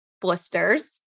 blisters